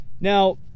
Now